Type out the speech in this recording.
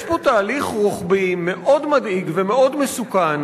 יש פה תהליך רוחבי מאוד מדאיג ומאוד מסוכן